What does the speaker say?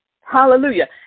Hallelujah